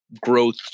growth